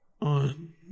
on